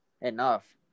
enough